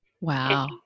Wow